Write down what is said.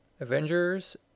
Avengers